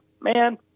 man